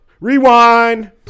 rewind